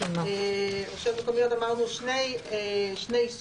רשויות מקומיות אמרנו: שני עיסוקים.